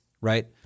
right